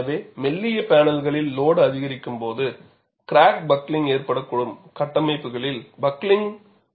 எனவே மெல்லிய பேனல்களில் லோடு அதிகரிக்கும் போது கிராக் பக்லிங் ஏற்படக்கூடும் என்பதை நீங்கள் நினைவில் கொள்ள வேண்டும்